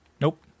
Nope